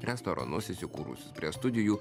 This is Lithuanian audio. restoranus įsikūrusius prie studijų